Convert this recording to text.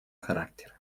характера